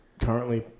currently